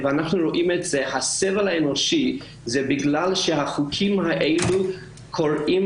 הסבל האנושי הוא בגלל שהחוקים האלה קורעים